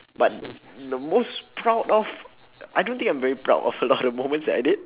but the most proud of I don't think that I'm very proud of a lot of moments that I did